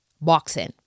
boxing